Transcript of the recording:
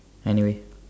anyway